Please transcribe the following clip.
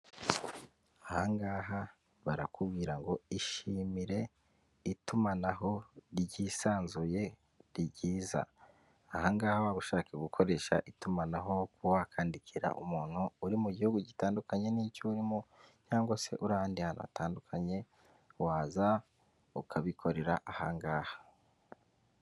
Ahangaha barakubwira ngo ishimire itumanaho ryisanzuye ryiza, ahangaha waba ushaka gukoresha itumanaho kuba wakandikira umuntu uri mu gihugu gitandukanye n'icyo urimo cyangwa se uri ahandi hantu hatandukanye waza ukabikorera ahangaha.